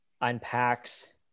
unpacks